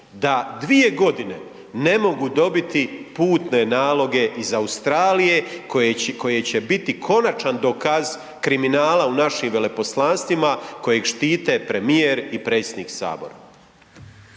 da dvije godine ne mogu dobiti putne naloge iz Australije, koje će biti konačan dokaz kriminala u našim veleposlanstvima kojeg štite premijer i predsjednik Sabora.